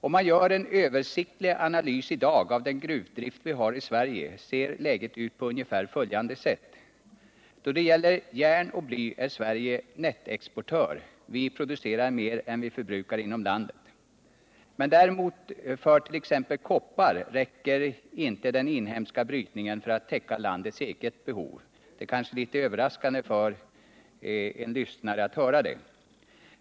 Om man gör en översiktlig analys av den gruvdrift vi har i Sverige i dag, ser läget ut på ungefär följande sätt. Då det gäller järn och bly är Sverige nettoexportör; vi producerar mer än vi förbrukar inom landet. För t.ex. koppar räcker däremot inte den inhemska brytningen för att täcka landets eget behov; det är kanske litet överraskande att höra.